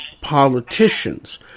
politicians